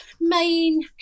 main